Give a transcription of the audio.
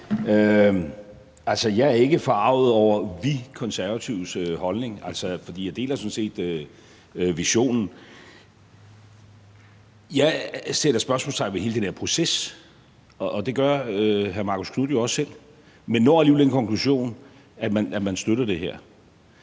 Jeg er ikke forarget over »vi« Konservatives holdning, for jeg deler sådan set visionen. Jeg sætter spørgsmålstegn ved hele den her proces, og det gør hr. Marcus Knuth jo også selv, men når alligevel den konklusion, at man støtter det her.